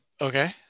Okay